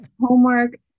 Homework